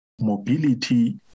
mobility